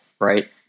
right